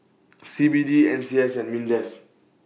C B D N C S and Mindef